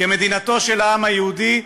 כמדינתו של העם היהודי,